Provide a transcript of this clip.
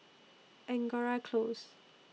Angora Close